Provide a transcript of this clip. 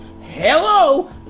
Hello